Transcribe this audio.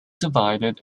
divided